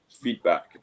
feedback